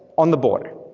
on the border.